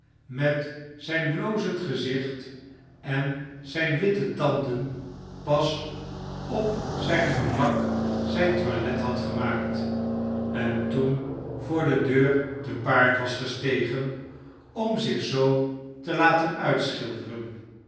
met zijn blozend gezicht en zijne witte tanden pas op zijn gemak zijn toilet had gemaakt en toen voor de deur te paard was gestegen om zich zoo te laten